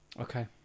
Okay